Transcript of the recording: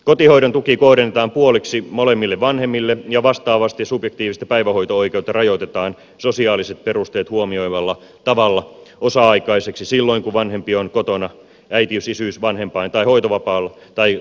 kotihoidon tuki kohdennetaan puoliksi molemmille vanhemmille ja vastaavasti subjektiivista päivähoito oikeutta rajoitetaan sosiaaliset perusteet huomioivalla tavalla osa aikaiseksi silloin kun vanhempi on kotona äitiys isyys vanhempain tai hoitovapaalla tai kotihoidon tuella